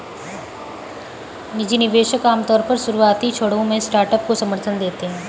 निजी निवेशक आमतौर पर शुरुआती क्षणों में स्टार्टअप को समर्थन देते हैं